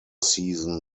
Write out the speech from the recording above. season